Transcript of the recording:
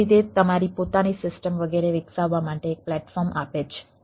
તેથી તે તમારી પોતાની સિસ્ટમ વગેરે વિકસાવવા માટે એક પ્લેટફોર્મ આપે છે